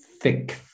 thick